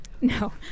No